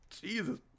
Jesus